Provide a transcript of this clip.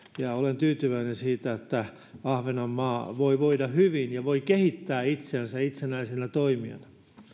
ja olen tyytyväinen siitä että ahvenanmaa voi voida hyvin ja voi kehittää itseänsä itsenäisenä toimijana